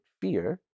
fear